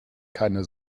keine